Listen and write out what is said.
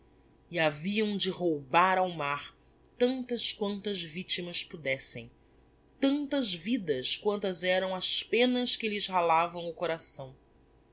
haviam de roubar ao mar tantas quantas victimas podessem tantas vidas quantas eram as penas que lhes ralavam o coração